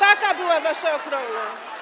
Taka była wasza ochrona.